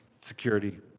security